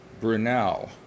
Brunel